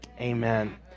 Amen